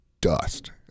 dust